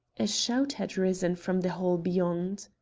a shout had risen from the hall beyond.